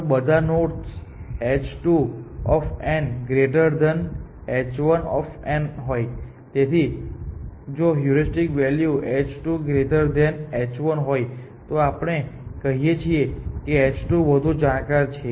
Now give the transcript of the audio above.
જો બધા nodes h2 h1 હોય તેથી જો હ્યુરિસ્ટિક વેલ્યુ h2 h1 હોય તો આપણે કહીએ છીએ કે h2 વધુ જાણકાર છે